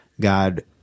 God